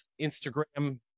Instagram